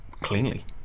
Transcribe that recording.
cleanly